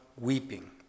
weeping